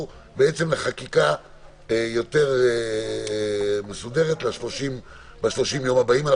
לחקיקה יותר מסודרת ב-30 הימים הבאים.